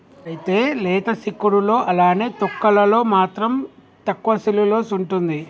అయితే లేత సిక్కుడులో అలానే తొక్కలలో మాత్రం తక్కువ సెల్యులోస్ ఉంటుంది